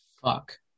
Fuck